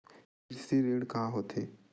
कृषि ऋण का होथे?